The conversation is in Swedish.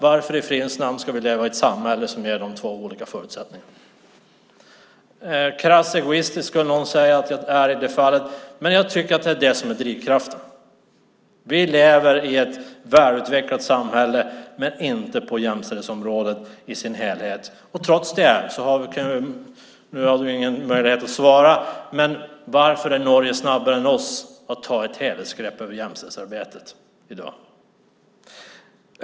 Varför i fridens namn ska vi leva i ett samhälle som ger de två olika förutsättningar? Någon skulle säga att jag är krasst egoistisk i det fallet, men jag tycker att det är det som är drivkraften. Vi lever i ett välutvecklat samhälle men inte på jämställdhetsområdet i sin helhet. Nu har du ingen möjlighet att svara. Men jag undrar: Varför är Norge snabbare än vi på att ta ett helhetsgrepp över jämställdhetsarbetet i dag?